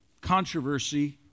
controversy